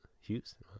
Houston